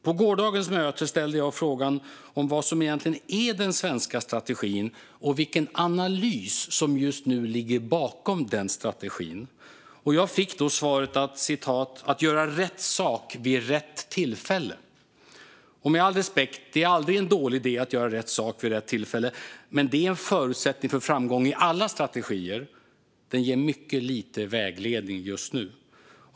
På gårdagens möte ställde jag frågan vad som egentligen är den svenska strategin och vilken analys som just nu ligger bakom den strategin. Jag fick då svaret: att göra rätt sak vid rätt tillfälle. Med all respekt, det är aldrig en dålig idé att göra rätt sak vid rätt tillfälle, men det är en förutsättning för framgång i alla strategier. Den ger mycket lite vägledning just nu.